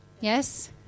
Yes